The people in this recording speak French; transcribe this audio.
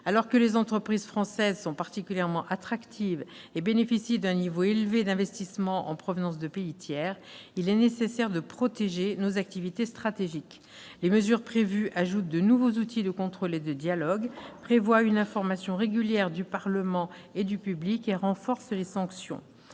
Alors que les entreprises françaises sont particulièrement attractives et bénéficient d'un niveau élevé d'investissement en provenance de pays tiers, il est nécessaire de protéger nos activités stratégiques. Les mesures prévues ajoutent de nouveaux outils de contrôle et de dialogue, prévoient une information régulière du Parlement et du public et renforcent les sanctions.